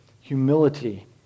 humility